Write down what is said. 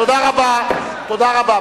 תודה רבה, תודה רבה.